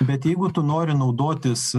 bet jeigu tu nori naudotis